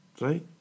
Right